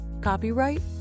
Copyright